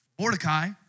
Mordecai